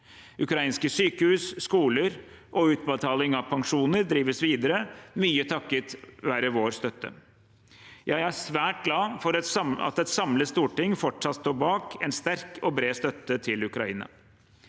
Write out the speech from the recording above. Ukrainske sykehus, skoler og utbetaling av pensjoner drives videre mye takket være vår støtte. Jeg er svært glad for at et samlet storting fortsatt står bak en sterk og bred støtte til Ukraina.